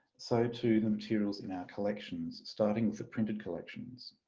so to the materials in our collections starting with printed collections.